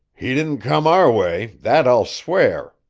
he didn't come our way that i'll swear,